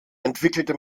entwickelte